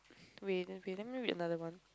wait eh wait let me read another one